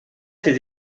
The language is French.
ses